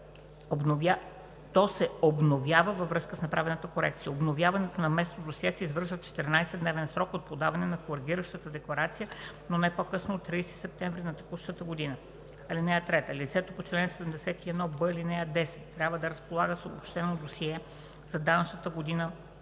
то се обновява във връзка с направената корекция. Обновяването на местното досие се извършва в 14-дневен срок от подаване на коригиращата декларация, но не по-късно от 30 септември на текущата година. (3) Лицето по чл. 71б, ал. 10 трябва да разполага с обобщено досие за данъчната година